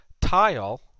tile